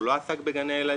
היא לא עסקה בגני הילדים.